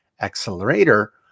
accelerator